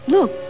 Look